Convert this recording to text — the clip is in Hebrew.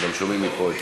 גם שומעים מפה.